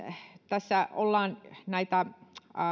tässä ollaan tätä